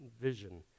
vision